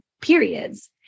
periods